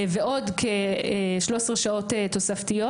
ועוד כ-13 שעות תוספתיות.